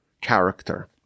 character